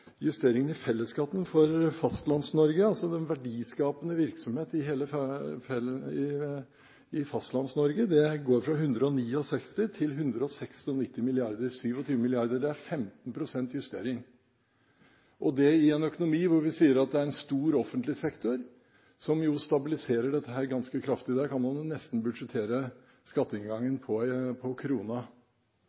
Justeringene i fellesskatten for Fastlands-Norge, altså den verdiskapende virksomhet i Fastlands-Norge, går fra 169 til 196 mrd. kr – 27 mrd. kr, det er 15 pst. justering – og det i en økonomi hvor vi sier at det er en stor offentlig sektor som stabiliserer dette ganske kraftig. Da kan man jo nesten budsjettere skatteinngangen på krona.